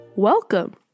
Welcome